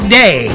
day